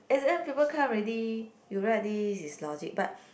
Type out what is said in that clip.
exam paper come already you write this is logic but